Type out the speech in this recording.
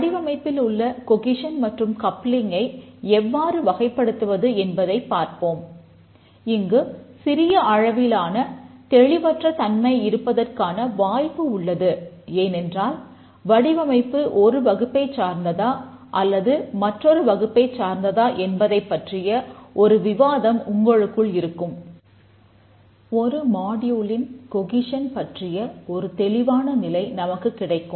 வடிவமைப்பில் உள்ள கொகிசன் பற்றிய ஒரு தெளிவான நிலை நமக்குக் கிடைக்கும்